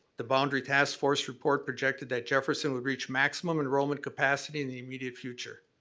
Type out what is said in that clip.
the boundary task force report projected that jefferson would reach maximum enrollment capacity in the immediate future.